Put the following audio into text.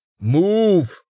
Move